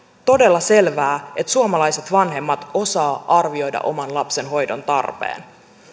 todella selvää että suomalaiset vanhemmat osaavat arvioida oman lapsen hoidon tarpeen